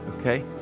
okay